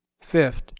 fifth